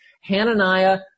Hananiah